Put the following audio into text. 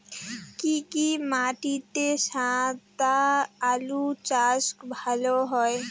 কি কি মাটিতে সাদা আলু চাষ ভালো হয়?